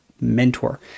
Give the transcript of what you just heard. mentor